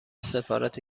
سفارت